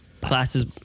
classes